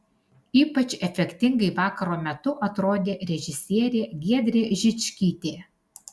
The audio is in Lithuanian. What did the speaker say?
ypač efektingai vakaro metu atrodė režisierė giedrė žičkytė